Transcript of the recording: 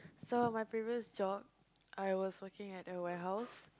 so my previous job I was working at the warehouse